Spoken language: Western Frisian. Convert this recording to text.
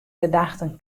gedachten